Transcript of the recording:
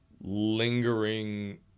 Lingering